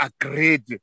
agreed